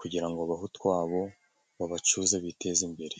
kugira ngo babahe utwabo, babacuze biteze imbere.